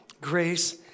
grace